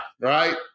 Right